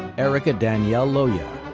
erica danielle loya,